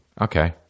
Okay